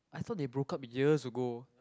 I thought they broke up years ago